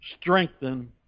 strengthen